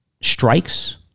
strikes